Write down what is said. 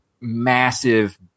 massive